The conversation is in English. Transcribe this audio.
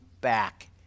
back